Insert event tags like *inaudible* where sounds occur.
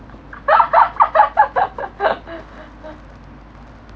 *laughs*